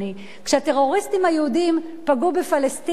כשהטרוריסטים היהודים פגעו בפלסטינים,